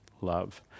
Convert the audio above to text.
love